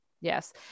yes